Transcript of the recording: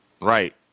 Right